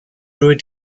would